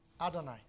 Adonai